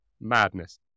madness